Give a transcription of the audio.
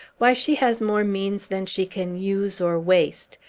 why, she has more means than she can use or waste,